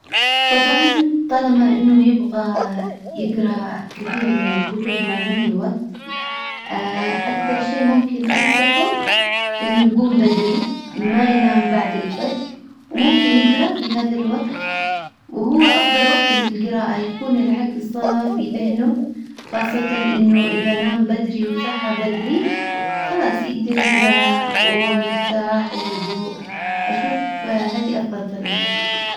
طبعا طالما انه يبغى يقرا كثير من الكتب ما عنده وقت اكثر شيء ممكن انصحه انه يجوم بدري ما ينام بعد الفجر وممكن يجرا في هذا الوقت وهو افضل وقت للجراءة يكون العقل صافي ذهنه خاصة انه اذا نام بدري وصحى بدري خلاص يجدر يجرا وهو مرتاح وهدوء اشوف هذي افضل طريقة.